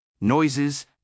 noises